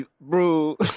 Bro